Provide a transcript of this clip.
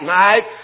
night